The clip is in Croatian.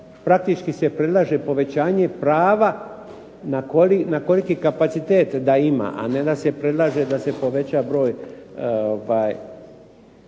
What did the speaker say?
Praktički se predlaže povećanje prava na koliki kapacitet da ima, a ne da se predlaže da se poveća broj